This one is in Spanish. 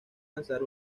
lanzar